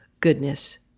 goodness